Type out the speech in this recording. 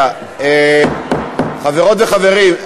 חברות וחברים,